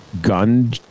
gun